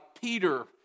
Peter